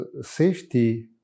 safety